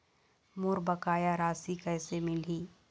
मोर बकाया राशि कैसे मिलही?